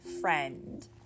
friend